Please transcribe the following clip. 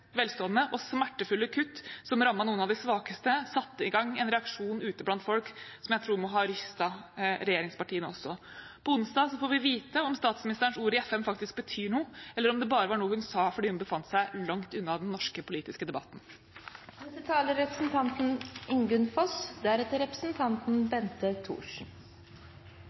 velstående og smertefulle kutt som rammet noen av de svakeste, satte i gang en reaksjon ute blant folk som jeg tror må ha rystet regjeringspartiene også. På onsdag får vi vite om statsministerens ord i FN faktisk betyr noe, eller om det bare var noe hun sa fordi hun befant seg langt unna den norske politiske debatten. Høyre er